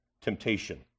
temptation